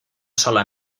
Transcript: sola